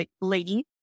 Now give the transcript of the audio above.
lady